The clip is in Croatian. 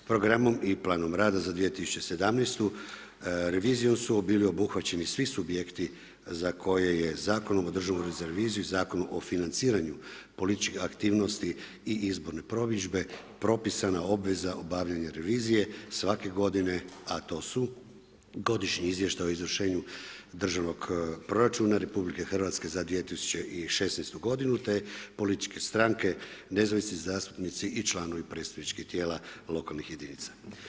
Programom i planom rada za 2017. revizijom su bili obuhvaćeni svi subjekti za koje je Zakonom Državnog ureda za reviziju, Zakon o financiranju političkih aktivnosti i izborne promidžbe propisana obveza obavljanja revizije svake godine a to su Godišnji izvještaj o izvršenju državnog proračuna RH za 2016. godinu te političke stranke, nezavisni zastupnici i članovi predstavničkih tijela lokalnih jedinica.